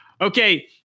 Okay